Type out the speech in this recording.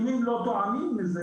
אם הם לא טועמים מזה,